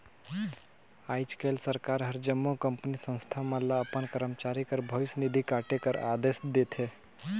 आएज काएल सरकार हर जम्मो कंपनी, संस्था मन ल अपन करमचारी कर भविस निधि काटे कर अदेस देथे